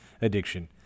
addiction